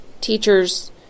teachers